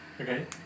Okay